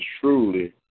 truly